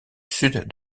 sud